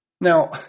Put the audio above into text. Now